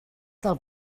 del